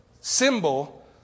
symbol